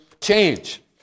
change